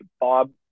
Bob